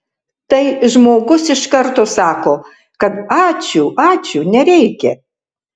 tai žmogus iš karto sako kad ačiū ačiū nereikia